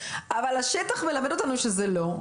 אבל השטח מלמד אותנו שלא,